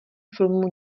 filmu